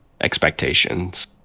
expectations